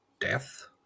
death